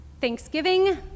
Thanksgiving